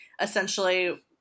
essentially